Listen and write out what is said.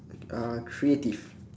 ah creative